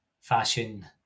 fashion